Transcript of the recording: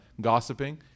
gossiping